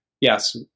yes